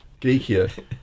geekier